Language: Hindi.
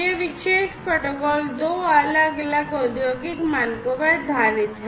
यह विशेष प्रोटोकॉल दो अलग अलग औद्योगिक मानकों पर आधारित है